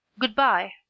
Goodbye